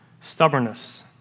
stubbornness